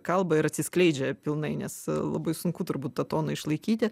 kalba ir atsiskleidžia pilnai nes labai sunku turbūt tą toną išlaikyti